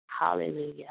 Hallelujah